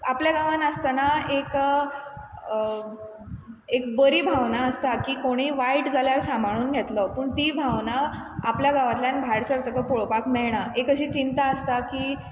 आपल्या गांवान आसतना एक एक बरी भावना आसता की कोणीय वायट जाल्यार सांबाळून घेतलो पूण ती भावना आपल्या गांवांतल्यान भायर सरतक पळोवपाक मेळना एक अशी चिंता आसता की